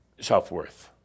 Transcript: self-worth